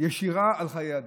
ישירה על חיי אדם.